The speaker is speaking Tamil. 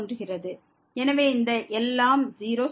எனவே இந்த எல்லாம் 0 செல்கிறது